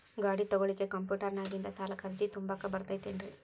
ಗಾಡಿ ತೊಗೋಳಿಕ್ಕೆ ಕಂಪ್ಯೂಟೆರ್ನ್ಯಾಗಿಂದ ಸಾಲಕ್ಕ್ ಅರ್ಜಿ ತುಂಬಾಕ ಬರತೈತೇನ್ರೇ?